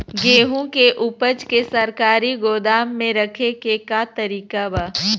गेहूँ के ऊपज के सरकारी गोदाम मे रखे के का तरीका बा?